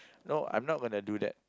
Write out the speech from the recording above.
no I'm not gonna do that